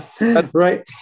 Right